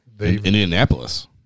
Indianapolis